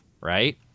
Right